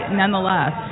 nonetheless